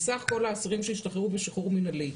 מסך כל האסירים שהשתחררו בשחרור מינהלי,